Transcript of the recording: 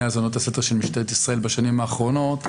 האזנות הסתר של משטרת ישראל בשנים האחרונות,